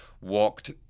walked